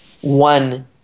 one